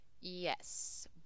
Yes